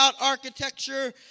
architecture